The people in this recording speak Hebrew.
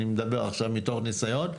אני מדבר עכשיו מתוך ניסיון.